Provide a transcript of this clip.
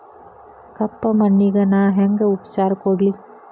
ಕಪ್ಪ ಮಣ್ಣಿಗ ನಾ ಹೆಂಗ್ ಉಪಚಾರ ಕೊಡ್ಲಿ?